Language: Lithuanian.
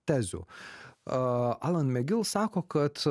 tezių a alan megil sako kad